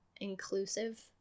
inclusive